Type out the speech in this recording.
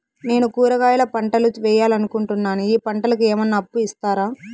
నేను కూరగాయల పంటలు వేయాలనుకుంటున్నాను, ఈ పంటలకు ఏమన్నా అప్పు ఇస్తారా?